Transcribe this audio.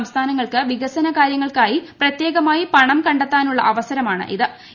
സംസ്ഥാനങ്ങൾക്ക് വികസനകാര്യങ്ങളർക്കായ് പ്രത്യേകമായി പണംകണ്ടെത്താനുള്ള അവസരമാണ്ടിൽ